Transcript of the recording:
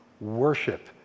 Worship